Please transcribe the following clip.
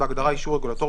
בהגדרה "אישור רגולטורי",